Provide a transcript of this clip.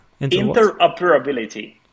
interoperability